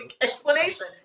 Explanation